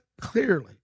clearly